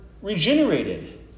regenerated